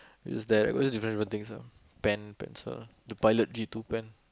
it's that we used different different things ah pen pencil the pilot G-two pen